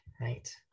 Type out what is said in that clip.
Right